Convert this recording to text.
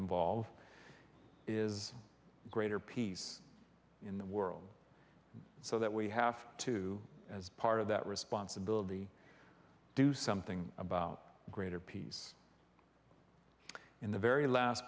involve is greater peace in the world so that we have to as part of that responsibility do something about greater peace in the very last